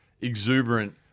exuberant